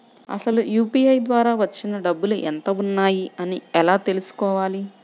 అసలు యూ.పీ.ఐ ద్వార వచ్చిన డబ్బులు ఎంత వున్నాయి అని ఎలా తెలుసుకోవాలి?